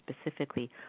specifically